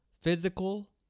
physical